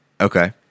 Okay